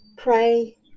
Pray